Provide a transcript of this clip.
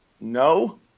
No